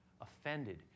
offended